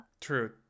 True